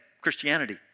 Christianity